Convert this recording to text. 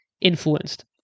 influenced